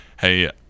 hey